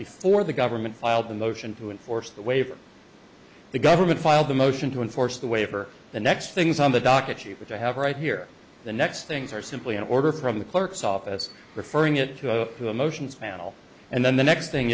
before the government filed the motion to enforce the waiver the government filed the motion to enforce the way for the next things on the docket cheaper to have right here the next things are simply an order from the clerk's office referring it to the motions panel and then the next thing